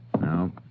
No